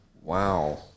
Wow